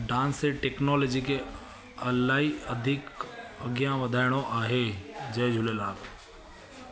dance इहे technology खे अलाही अधिक अॻियां वधाइणो आहे जय झूलेलाल